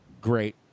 great